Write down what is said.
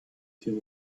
feel